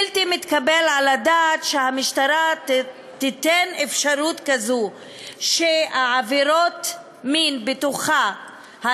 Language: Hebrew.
בלתי מתקבל על הדעת שהמשטרה תיתן אפשרות כזאת שעבירות המין בתוכה,